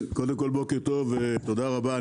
בוקר טוב ותודה רבה.